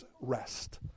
rest